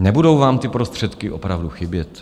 Nebudou vám ty prostředky opravdu chybět?